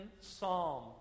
Psalm